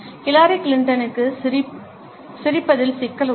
Hillary கிளிண்டனுக்கு சிரிப்பதில் சிக்கல் உள்ளது